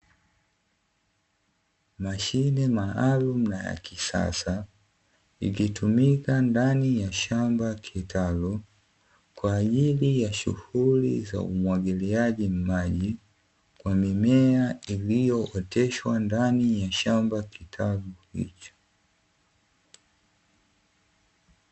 Mashine maalum na ya kisasa ikitumika ndani ya shamba kitalu, kwa ajili ya shughuli za umwagiliaji maji kwa mimea iliyo oteshwa ndani ya shamba kitalu hicho.